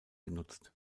genutzt